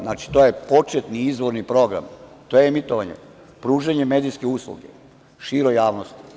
Znači, to je početni izvorni program, to je emitovanje, pružanje medijske usluge široj javnosti.